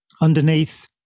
underneath